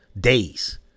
days